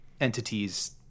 entities